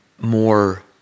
more